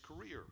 career